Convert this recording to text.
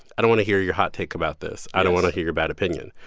i don't want to hear your hot take about this. i don't want to hear your bad opinion.